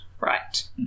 Right